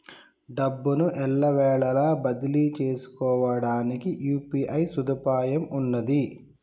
డబ్బును ఎల్లవేళలా బదిలీ చేసుకోవడానికి యూ.పీ.ఐ సదుపాయం ఉన్నది